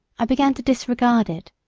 i began to disregard it,